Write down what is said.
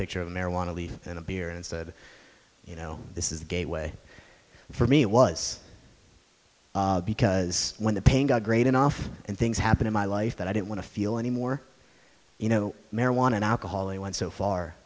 picture of a marijuana leaf and a beer and said you know this is the gateway for me it was because when the pain got great and often and things happen in my life that i didn't want to feel anymore you know marijuana and alcohol i went so far